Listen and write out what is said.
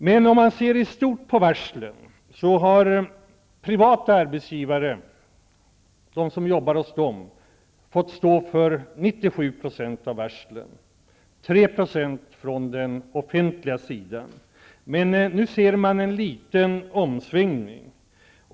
Sett till varslen i stort gäller 97 % av varslen dem som jobbar hos privata arbetsgivare. 3 % gäller den offentliga sidan. Men nu ser man en liten omsvängning.